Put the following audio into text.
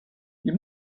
you